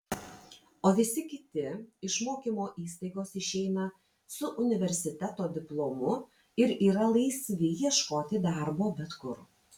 o visi kiti iš mokymo įstaigos išeina su universiteto diplomu ir yra laisvi ieškoti darbo bet kur